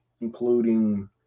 including